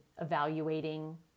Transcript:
evaluating